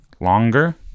longer